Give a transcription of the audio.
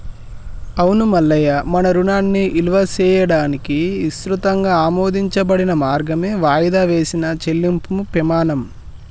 అవును మల్లయ్య మన రుణాన్ని ఇలువ చేయడానికి ఇసృతంగా ఆమోదించబడిన మార్గమే వాయిదా వేసిన చెల్లింపుము పెమాణం